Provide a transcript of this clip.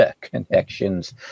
connections